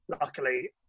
luckily